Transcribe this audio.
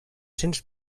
cents